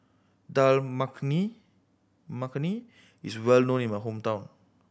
Dal Makhani Makhani is well known in my hometown